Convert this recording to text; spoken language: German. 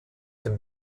den